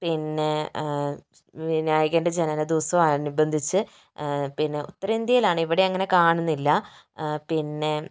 പിന്നെ വിനായകൻ്റെ ജനന ദിവസം അനുബന്ധിച്ച് പിന്നെ ഉത്തരേന്ത്യയിലാണ് ഇവിടെ അങ്ങനെ കാണുന്നില്ല പിന്നെ